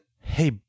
Hey